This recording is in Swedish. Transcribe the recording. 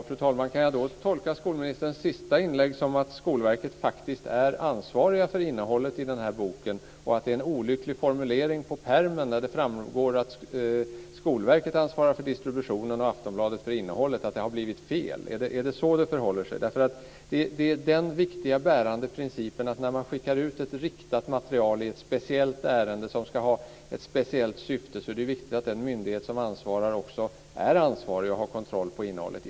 Fru talman! Kan jag då tolka skolministerns senaste inlägg som att Skolverket faktiskt är ansvarigt för innehållet i boken och att det är en olycklig formulering på pärmen där det framgår att Skolverket ansvarar för distributionen och Aftonbladet för innehållet? Det har blivit fel. Är det så det förhåller sig? Den viktiga bärande principen när ett riktat material skickas ut i ett speciellt ärende som ska ha ett speciellt syfte är att den myndighet som ansvarar också är ansvarig och har kontroll på innehållet.